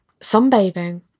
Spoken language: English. Sunbathing